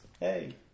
hey